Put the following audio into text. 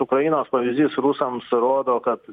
ukrainos pavyzdys rusams rodo kad